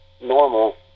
normal